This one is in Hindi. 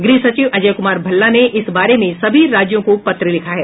गृह सचिव अजय कुमार भल्ला ने इस बारे में सभी राज्यों को पत्र लिखा है